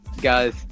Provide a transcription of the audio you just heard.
Guys